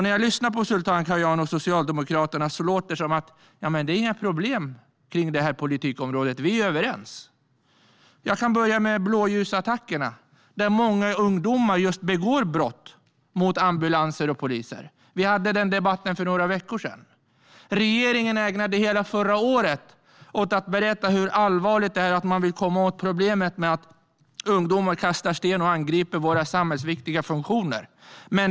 När jag lyssnar på Sultan Kayhan och Socialdemokraterna låter det som att det inte finns några problem på det här politikområdet och att vi är överens. Jag kan börja med blåljusattackerna och att många ungdomar begår brott just mot ambulanser och poliser. Vi hade den debatten för några veckor sedan. Regeringen ägnade hela förra året åt att berätta hur allvarligt detta är och att man vill komma åt problemet med att ungdomar kastar sten och angriper våra samhällsviktiga funktioner.